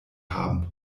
haben